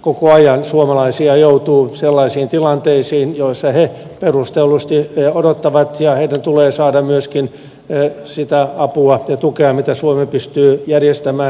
koko ajan suomalaisia joutuu sellaisiin tilanteisiin joissa he perustellusti odottavat ja heidän myöskin tulee saada sitä apua ja tukea mitä suomi pystyy järjestämään